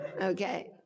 Okay